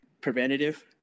preventative